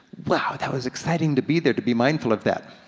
wow that was exciting to be there, to be mindful of that.